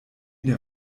der